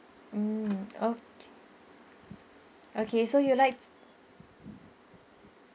mm okay okay so you would like